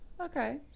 Okay